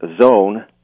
zone